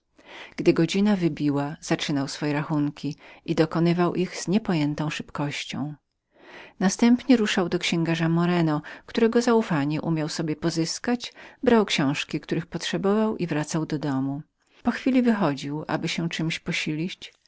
gdy godzina wybiła zaczynał swoje rachunki i dokonywał ich z niepojętą szybkością następnie ruszał do księgarza moreno którego umiał sobie pozyskać zaufanie brał książki których potrzebował i wracał do domu po chwili wychodził aby się czemś posilić